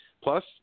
Plus